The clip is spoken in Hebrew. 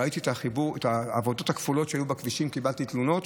ראיתי את העבודות הכפולות שהיו בכבישים וקיבלתי תלונות.